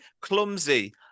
clumsy